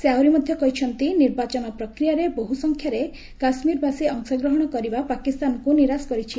ସେ ଆହୁରି ମଧ୍ୟ କହିଛନ୍ତି ନିର୍ବାଚନ ପ୍ରକ୍ରିୟାରେ ବହୁ ସଂଖ୍ୟାରେ କାଶ୍ମୀରବାସୀ ଅଂଶଗ୍ରହଣ କରିବା ପାକିସ୍ତାନକ୍ ନିରାଶ କରିଛି